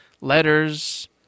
letters